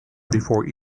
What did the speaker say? before